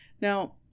Now